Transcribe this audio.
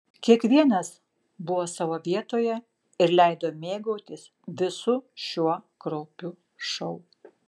kiekvienas buvo savo vietoje ir leido mėgautis visu šiuo kraupiu šou